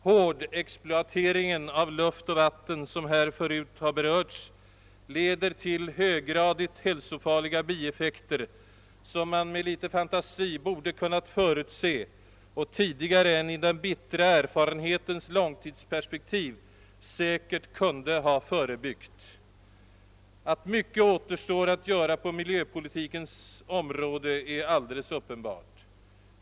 Hårdexploateringen av luft och vatten, som här tidigare har berörts, leder till höggradigt hälsofarliga bieffekter, som man med litet fantasi borde ha kunnat förutse och tidigare än i den bittra erfarenhetens långtidsperspektiv säkert kunde ha förebyggt. Att mycket återstår att göra på miljö politikens område är alldeles uppenbart.